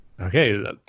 Okay